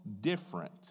different